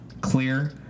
clear